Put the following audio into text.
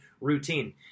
routine